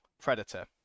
predator